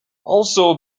also